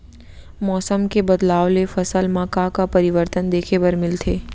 मौसम के बदलाव ले फसल मा का का परिवर्तन देखे बर मिलथे?